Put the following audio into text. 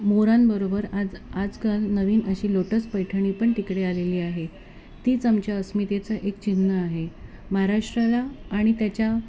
मोरांबरोबर आज आजकाल नवीन अशी लोटस पैठणी पण तिकडे आलेली आहे तीच आमच्या अस्मितेचं एक चिन्ह आहे महाराष्ट्राला आणि त्याच्या